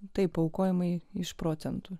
tai paaukojimai iš procentų